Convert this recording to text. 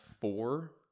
four